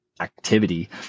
activity